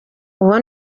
uwo